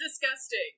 disgusting